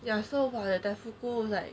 ya so for like like